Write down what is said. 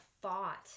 thought